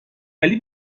ولی